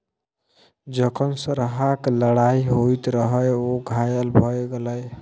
जखन सरहाक लड़ाइ होइत रहय ओ घायल भए गेलै